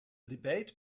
debate